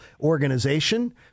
organization